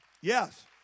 Yes